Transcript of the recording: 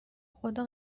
خدا